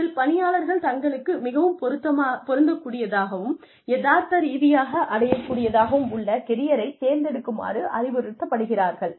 இதில் பணியாளர்கள் தங்களுக்கு மிகவும் பொருந்தக் கூடியதாகவும் யதார்த்த ரீதியாக அடையக் கூடியதாகவும் உள்ள கெரியரை தேர்ந்தெடுக்குமாறு அறிவுறுத்தப்படுகிறார்கள்